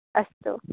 अस्तु